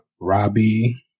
Robbie